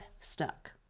stuck